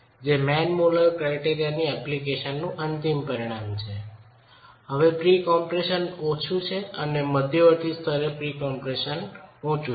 જે Mann Muller ક્રાયટેરિયાની એપ્લીકેશનનું અંતિમ પરિણામ છે હવે પ્રી કમ્પ્રેશન ઓછું અને મધ્યવર્તી સ્તરે પ્રી કમ્પ્રેશન ઊચું છે